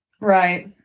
right